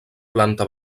planta